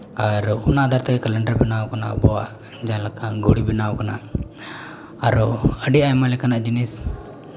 ᱟᱨ ᱚᱱᱟ ᱟᱫᱷᱟᱨ ᱛᱮ ᱠᱮᱞᱮᱱᱰᱟᱨ ᱵᱮᱱᱟᱣ ᱠᱟᱱᱟ ᱟᱵᱚᱣᱟᱜ ᱡᱟᱦᱟᱸ ᱞᱮᱠᱟ ᱜᱷᱩᱲᱤ ᱵᱮᱱᱟᱣ ᱠᱟᱱᱟ ᱟᱨᱚ ᱟᱹᱰᱤ ᱟᱭᱢᱟ ᱞᱮᱠᱟᱱᱟᱜ ᱡᱤᱱᱤᱥ